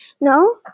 No